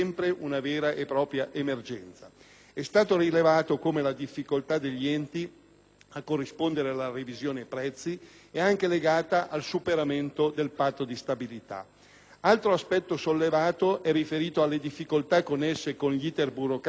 a corrispondere la revisione prezzi è anche legata al superamento del Patto di stabilità. Altro aspetto sollevato è riferito alle difficoltà connesse con gli *iter* burocratici (conferenza di servizi, procedure di VIA) che rallentano, quindi, l'avvio dei lavori.